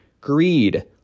greed